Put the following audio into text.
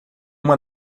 uma